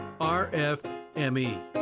RFME